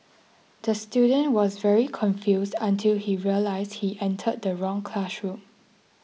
the student was very confused until he realised he entered the wrong classroom